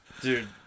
Dude